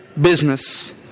business